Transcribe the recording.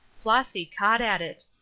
flossy caught at it.